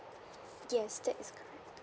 yes that is correct